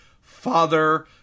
father